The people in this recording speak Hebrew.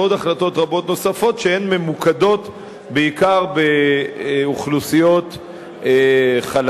ועוד החלטות רבות נוספות שממוקדות בעיקר באוכלוסיות חלשות,